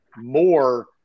more